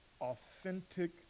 authentic